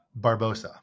Barbosa